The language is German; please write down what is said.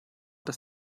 dass